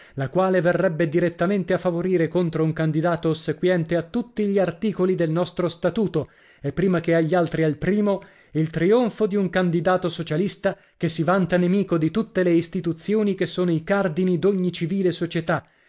la quale verrebbe direttamente a favorire contro un candidato ossequiente a tutti gli articoli del nostro statuto e prima che agli altri al primo il trionfo di un candidato socialista che si vanta nemico di tutte le istituzioni che sono i cardini d'ogni civile società